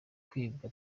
kwibwa